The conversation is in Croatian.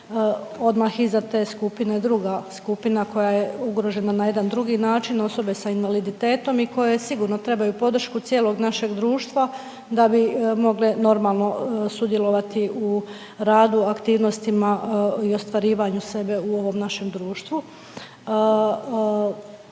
odmah iza te skupine druga skupina koja je ugrožena na jedan drugi način osobe sa invaliditetom i koje sigurno trebaju podršku cijelog našeg društva da bi mogle normalno sudjelovati u radu, aktivnostima i ostvarivanju sebe u ovom našem društvu.